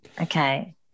Okay